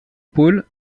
pole